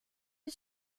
did